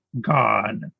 god